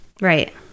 Right